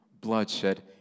bloodshed